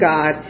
God